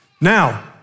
Now